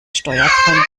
steuergründen